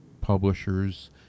publishers